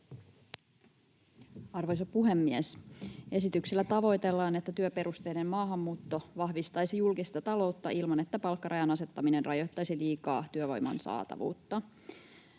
Arvoisa puhemies! Esityksellä tavoitellaan, että työperusteinen maahanmuutto vahvistaisi julkista taloutta ilman, että palkkarajan asettaminen rajoittaisi liikaa työvoiman saatavuutta.